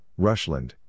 Rushland